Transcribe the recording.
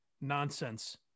nonsense